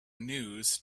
news